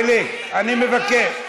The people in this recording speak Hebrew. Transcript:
חיליק, אני מבקש.